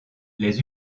les